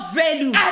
value